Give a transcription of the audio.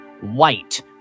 white